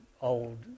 old